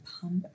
pump